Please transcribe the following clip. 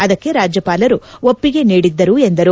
ಅದಕ್ಷೆ ರಾಜ್ಜವಾಲರು ಒಪ್ಪಿಗೆ ನೀಡಿದ್ದರು ಎಂದರು